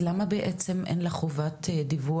אז למה בעצם אין לה חובת דיווח,